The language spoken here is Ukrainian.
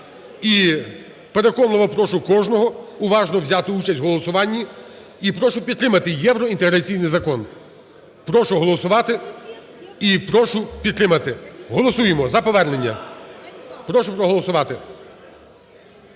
і переконливо прошу кожного взяти участь в голосуванні, і прошу підтримати євроінтеграційний закон. Прошу голосувати і прошу підтримати. Голосуємо за повернення. Прошу проголосувати.